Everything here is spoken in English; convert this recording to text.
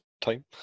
time